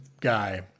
guy